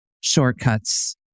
shortcuts